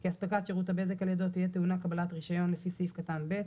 כי אספקת שירות הבזק על ידו תהיה טעונה קבלת רישיון לפי סעיף קטן (ב),